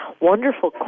wonderful